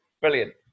Brilliant